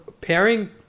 pairing